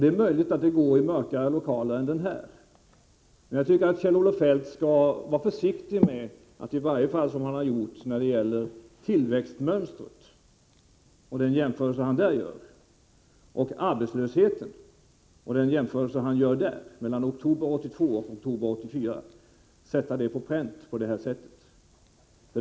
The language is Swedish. Det är möjligt att detta går i mörkare lokaler än den här, men Kjell-Olof Feldt bör nog vara försiktigare med att sätta jämförelser på pränt än han var i fråga om tillväxtmönstret och även i fråga om arbetslösheten, där han jämför oktober 1982 och oktober 1984.